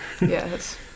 yes